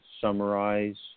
summarize